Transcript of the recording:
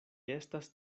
estas